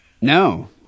No